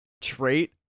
trait